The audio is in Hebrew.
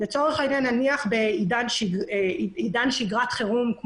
את השירות בעידן שגרת חירום.